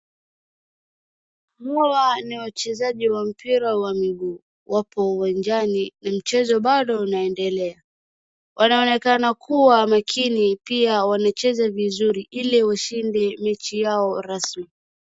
Mula ni wachezaji wa mpira wa miguu, wapo uwanjani na mchezo bado unaendelea. Wanaonekana kuwa makini, pia wanacheza vizuri ili washinde mechi yao rasmi.